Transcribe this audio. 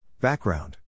Background